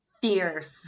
fierce